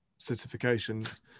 certifications